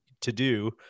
to-do